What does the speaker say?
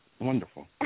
Wonderful